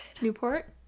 Newport